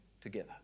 together